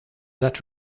that